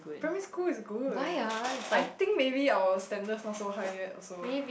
primary school is good I think maybe our standards not so high yet so